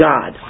God